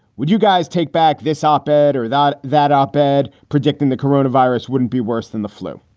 would you guys take back this op ed or that that op ed predicting the corona virus wouldn't be worse than the flu.